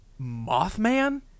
Mothman